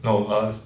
no err